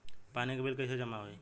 पानी के बिल कैसे जमा होयी?